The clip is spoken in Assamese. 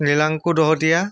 লিণাংকু দহোতীয়া